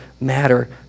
matter